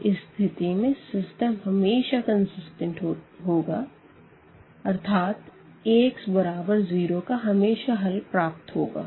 तो इस स्थिति में सिस्टम हमेशा कंसिस्टेंट होगा अर्थात Ax बराबर 0 का हमेशा हल प्राप्त होगा